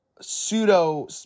Pseudo